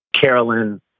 Carolyn